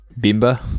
Bimba